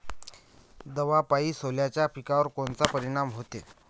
दवापायी सोल्याच्या पिकावर कोनचा परिनाम व्हते?